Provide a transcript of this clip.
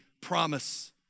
promise